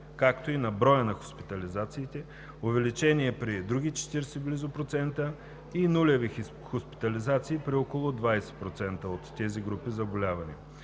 както и на броя на хоспитализациите, увеличение при други – близо 40%, и нулеви хоспитализации при около 20% от тези групи заболявания.